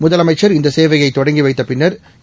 முதலமைச்சா இந்த சேவையை தொடங்கி வைத்த பின்னா்